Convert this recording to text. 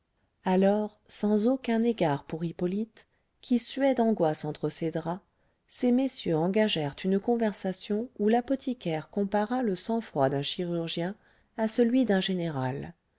alors sans aucun égard pour hippolyte qui suait d'angoisse entre ses draps ces messieurs engagèrent une conversation où l'apothicaire compara le sang-froid d'un chirurgien à celui d'un général